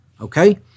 okay